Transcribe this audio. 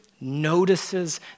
notices